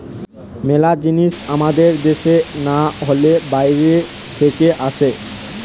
মেলা জিনিস আমাদের দ্যাশে না হলে বাইরে থাকে আসে